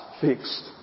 fixed